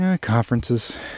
conferences